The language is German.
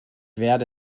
werde